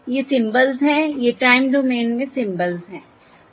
ये सिंबल्स हैं ये टाइम डोमेन में सिंबल्स हैं